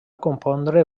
compondre